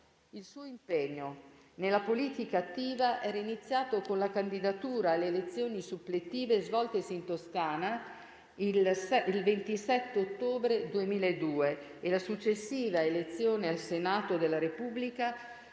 Il suo impegno nella politica attiva era iniziato con la candidatura alle elezioni suppletive svoltesi in Toscana il 27 ottobre 2002 e la successiva elezione al Senato della Repubblica